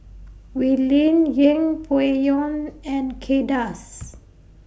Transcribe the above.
Wee Lin Yeng Pway Ngon and Kay Das